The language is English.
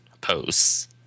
posts